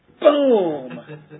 boom